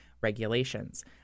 regulations